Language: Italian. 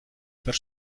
per